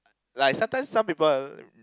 like sometimes some people